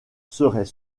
serait